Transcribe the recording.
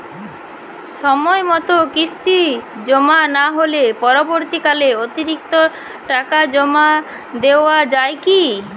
সময় মতো কিস্তি জমা না হলে পরবর্তীকালে অতিরিক্ত টাকা জমা দেওয়া য়ায় কি?